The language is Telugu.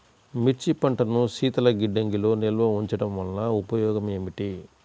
మిర్చి పంటను శీతల గిడ్డంగిలో నిల్వ ఉంచటం వలన ఉపయోగం ఏమిటి?